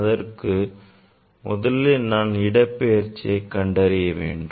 இதற்கு முதலில் நான் இடப்பெயர்ச்சியை கண்டறிய வேண்டும்